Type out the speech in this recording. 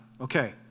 Okay